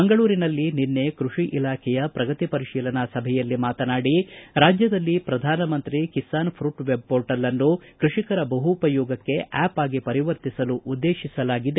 ಮಂಗಳೂರಿನಲ್ಲಿ ನಿನ್ನೆ ಕೃಷಿ ಇಲಾಖೆಯ ಪ್ರಗತಿ ಪರಿಶೀಲನಾ ಸಭೆಯಲ್ಲಿ ಮಾತನಾಡಿ ರಾಜ್ಯದಲ್ಲಿ ಪ್ರಧಾನ ಮಂತ್ರಿ ಕಿಸಾನ್ ಪುಟ್ ವೆಬ್ಪೋರ್ಟಲ್ನ್ನು ಕೃಷಿಕರ ಬಹೂಪಯೋಗಕ್ಕೆ ಆಪ್ ಆಗಿ ಪರಿವರ್ತಿಸಲು ಉದ್ದೇಶಿಸಲಾಗಿದೆ